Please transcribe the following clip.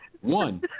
one